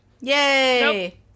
Yay